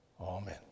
amen